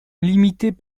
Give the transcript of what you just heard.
limités